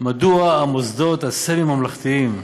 מדוע המוסדות הסמי-ממלכתיים,